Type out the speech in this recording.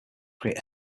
create